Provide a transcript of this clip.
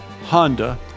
Honda